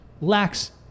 lacks